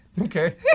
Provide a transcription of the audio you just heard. Okay